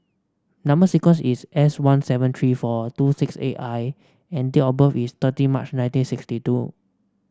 number sequence is S one seven three four two six eight I and date of birth is thirty March nineteen sixty two